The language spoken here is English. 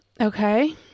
Okay